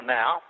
now